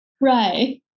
Right